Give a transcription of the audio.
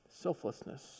selflessness